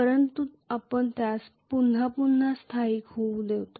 परंतु आपण त्यास पुन्हा पुन्हा स्थायिक होऊ देता